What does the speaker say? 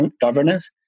governance